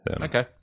Okay